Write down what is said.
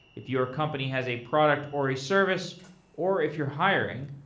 if your company has a product or a service or if you're hiring,